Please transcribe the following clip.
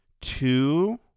two